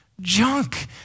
junk